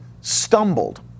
stumbled